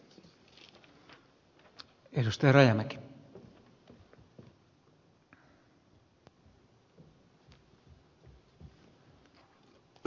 herra puhemies